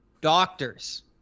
doctors